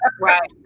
Right